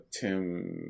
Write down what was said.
Tim